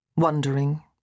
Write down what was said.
wondering